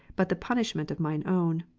but the punish ment of my own